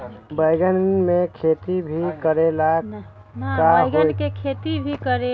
बैंगन के खेती भी करे ला का कोई जैविक तरीका है?